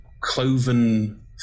cloven